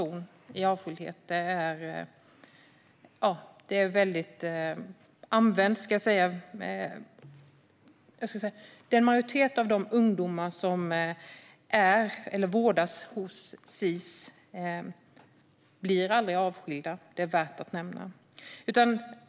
Majoriteten av de ungdomar som vårdas hos Sis blir aldrig avskilda; det är värt att nämna.